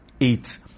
eight